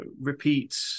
repeat